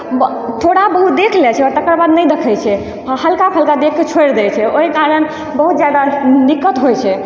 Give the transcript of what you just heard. थोड़ा बहुत देख लै छै आओर तकर बाद नहि दखै छै आ हल्का फुल्का देखि कऽ छोड़ि दै छै ओहि कारण बहुत जादा दिक्कत होइ छै